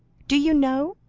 do you know,